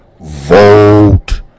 vote